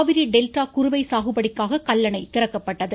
Kaveri delta குறுவை சாகுபடிக்காக கல்லணை திறக்கப்பட்டது